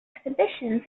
exhibitions